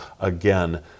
again